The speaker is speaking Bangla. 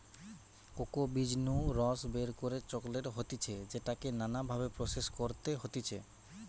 কোকো বীজ নু রস বের করে চকলেট হতিছে যেটাকে নানা ভাবে প্রসেস করতে হতিছে